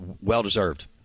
well-deserved